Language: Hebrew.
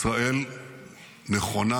ישראל נכונה,